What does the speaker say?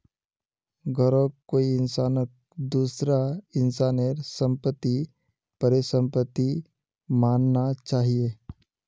घरौंक कोई इंसानक दूसरा इंसानेर सम्पत्तिक परिसम्पत्ति मानना चाहिये